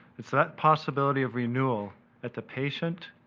it's that possibility of renewal that the patient,